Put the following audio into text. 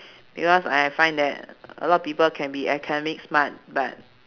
because I I find that a lot of people can be academic smart but